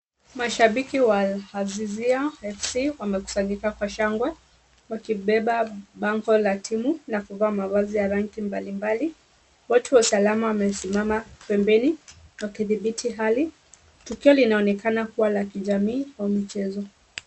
Mashabiki wa azizio Fc wamekusanyika kwa shangwe, wakibeba bango la timu na kubeba bango la timu na kuvaa mavazi ya rangi mbali mbali, watu wa usalama wamesimama pembeni , wakidhibiti hali tukio linaonekana kua la kijamii au michezo.